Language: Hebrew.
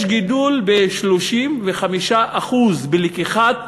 יש גידול ב-35% בלקיחת